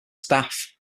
staff